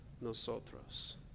nosotros